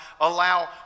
allow